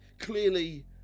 Clearly